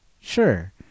Sure